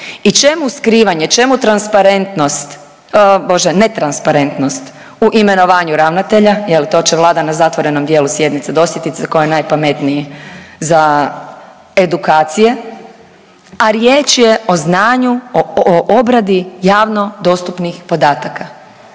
I čemu skrivanje, čemu transparentnost, o bože netransparentnost u imenovanju ravnatelja jel to će Vlada na zatvorenom dijelu sjednice dosjetit se tko je najpametniji za edukacije, a riječ je o znanju, o obradi javno dostupnih podataka.